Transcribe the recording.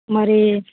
మరీ